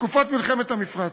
בתקופת מלחמת המפרץ.